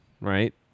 right